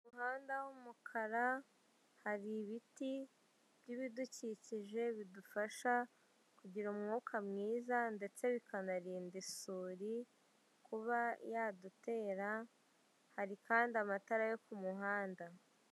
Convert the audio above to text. Mu muhanda w'umukara hari ibiti by'ibidukikije bidufasha kugira umwuka mwiza ndetse bikanarinda isuri kuba yadutera, hari kandi amatara yo ku muhanda.